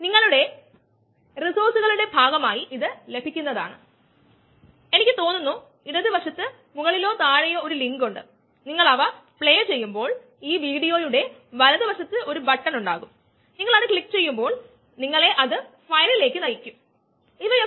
enzyme substrate കോംപ്ലക്സ്ന്റെ സാന്ദ്രത എന്നത് മൊത്തം enzyme substrate concentration minus concentration of free enzyme ആണ്